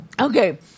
Okay